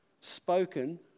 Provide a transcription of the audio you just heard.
spoken